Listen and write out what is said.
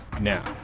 Now